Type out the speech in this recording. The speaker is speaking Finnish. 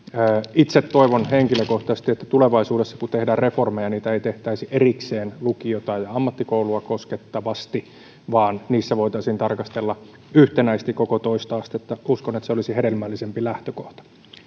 itse toivon henkilökohtaisesti että tulevaisuudessa kun tehdään reformeja niitä ei tehtäisi erikseen lukiota ja ja ammattikoulua koskettavasti vaan niissä voitaisiin tarkastella yhtenäisesti koko toista astetta uskon että se olisi hedelmällisempi lähtökohta